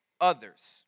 others